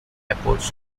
efforts